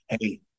hey